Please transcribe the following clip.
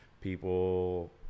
people